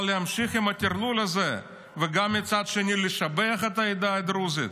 אבל להמשיך עם הטרלול הזה ומצד שני לשבח את העדה הדרוזית,